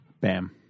bam